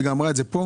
וגם אמרה את זה פה.